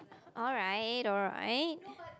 alright alright